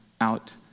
out